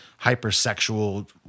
hypersexual